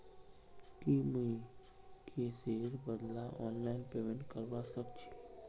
की मुई कैशेर बदला ऑनलाइन पेमेंट करवा सकेछी